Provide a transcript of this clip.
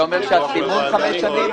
אתה אומר שהסימון חמש שנים?